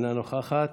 אינה נוכחת,